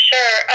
Sure